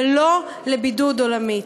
ולא לבידוד עולמי.